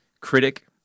critic